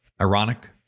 ironic